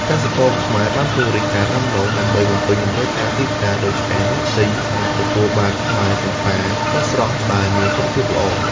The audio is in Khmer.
កសិករខ្មែរបានពង្រីកការដាំដុះដើម្បីបំពេញតម្រូវការទីផ្សារ ដូច្នេះអ្នកទិញអាចទទួលបានផ្លែចម្ប៉ាស្រស់ៗដែលមានគុណភាពល្អ។